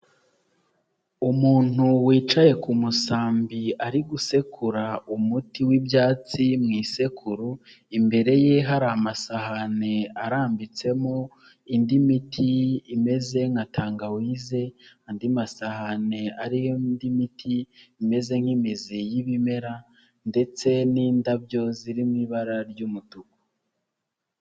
Umuntu wicaye ku musambi ari gusekura umuti w'ibyatsi mu isekuru, imbere ye hari amasahani arambitsemo indi miti imeze nka tangawize, andi masahani ariho indi miti imeze nk'imizi y'ibimera, ndetse n'indabyo ziri mu ibara ry'umutuku.